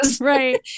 Right